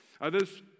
Others